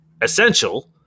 essential